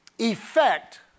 effect